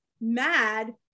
mad